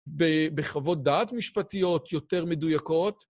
בחוות דעת משפטיות יותר מדויקות.